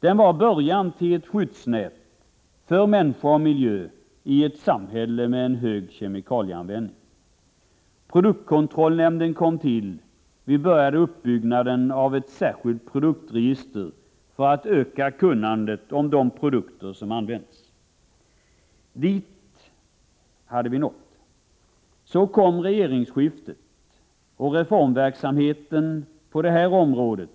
Det var början till ett skyddsnät för människor och miljö i ett samhälle med hög kemikalieanvändning. Produktkontrollnämnden kom till. Vi började uppbyggnaden av ett särskilt produktregister för att öka kunnandet om de produkter som används. Dit hade vi nått. Så kom regeringsskiftet, och reformverksamheten på det här området